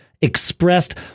expressed